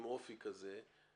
עם אופי כזה,